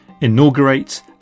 inaugurates